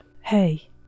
hey